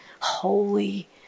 holy